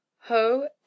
Ho